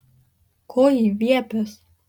ko ji viepias